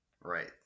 Right